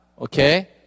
Okay